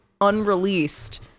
unreleased